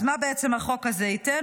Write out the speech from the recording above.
אז מה בעצם החוק הזה ייתן?